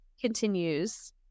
continues